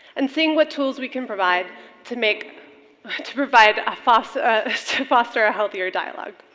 and seeing what tools we can provide to make to provide a foster foster a healthier dialogue.